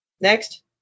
Next